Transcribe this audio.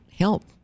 Help